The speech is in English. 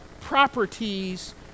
properties